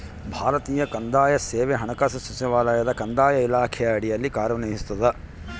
ಭಾರತೀಯ ಕಂದಾಯ ಸೇವೆ ಹಣಕಾಸು ಸಚಿವಾಲಯದ ಕಂದಾಯ ಇಲಾಖೆಯ ಅಡಿಯಲ್ಲಿ ಕಾರ್ಯನಿರ್ವಹಿಸ್ತದ